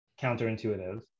counterintuitive